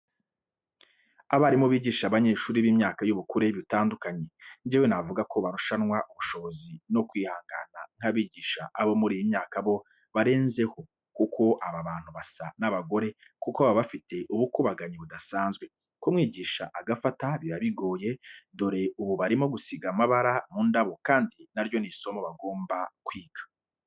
Abarimu bigisha abanyeshuri b'imyaka y'ubukure bitandukanye, njyewe navuga ko barushanwa ubushobozi no kwihangana nk'abigisha abo muri iyi myaka bo barenzeho kuko aba bantu basa n'abagore kuko baba bafite ubukubaganyi budasanzwe, kumwigisha agafata biba bigoye dore ubu barimo gusiga amabara mu ndabo kandi na ryo ni isomo bagomba kwiga.